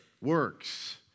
works